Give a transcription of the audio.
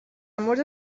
مورد